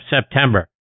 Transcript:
September